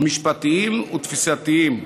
משפטיים ותפיסתיים.